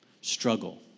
struggle